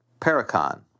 Paracon